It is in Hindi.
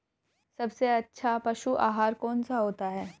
सबसे अच्छा पशु आहार कौन सा होता है?